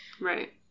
Right